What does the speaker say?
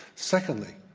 secondly,